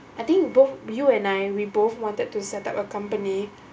I think both you and I we both wanted to set up a company